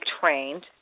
trained